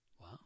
Wow